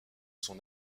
son